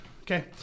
okay